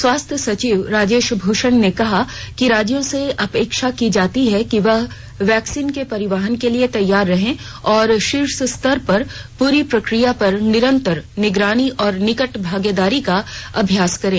स्वास्थ्य सचिव राजेश भूषण ने कहा कि राज्यों से अपेक्षा की जाती है कि वह वैक्सीन के परिवहन के लिए तैयार रहें और शीर्ष स्तर पर पूरी प्रक्रिया पर निरंतर निगरानी और निकट भागीदारी का अभ्यास करें